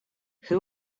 who